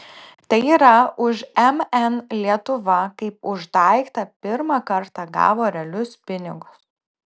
tai yra už mn lietuva kaip už daiktą pirmą kartą gavo realius pinigus